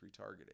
retargeting